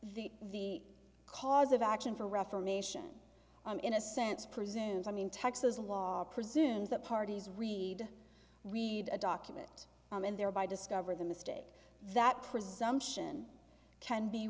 the cause of action for reformation i'm in a sense presumes i mean texas law presumes that parties read read a document and thereby discover the mistake that presumption can be